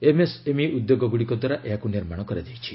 MSME ଉଦ୍ୟୋଗଗୁଡ଼ିକ ଦ୍ୱାରା ଏହାକୁ ନିର୍ମାଣ କରାଯାଇଛି